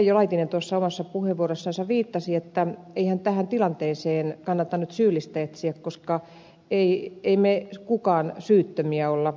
reijo laitinen tuossa omassa puheenvuorossansa viittasi että eihän tähän tilanteeseen kannata nyt syyllistä etsiä koska emme me ketkään syyttömiä ole